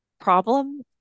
problem